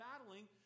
battling